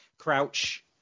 Crouch